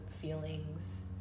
feelings